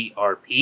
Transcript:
ERP